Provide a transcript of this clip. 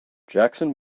jackson